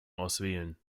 auswählen